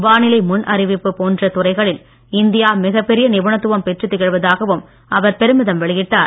வானிலை முன் அறிப்பு போன்ற துறைகளில் இந்தியா மிகப் பெரிய நிபுணத்துவம் பெற்றுத் திகழ்வதாகவும் அவர் பெருமிதம் வெளியிட்டார்